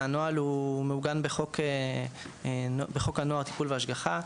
הנוהל מעוגן בחוק הנוער (טיפול והשגחה).